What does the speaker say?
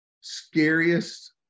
scariest